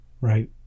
right